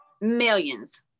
millions